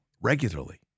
regularly